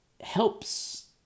helps